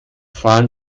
fahren